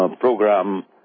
program